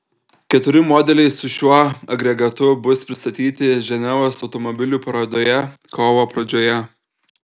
keturi modeliai su šiuo agregatu bus pristatyti ženevos automobilių parodoje kovo pradžioje